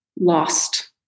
lost